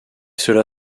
cela